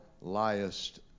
liest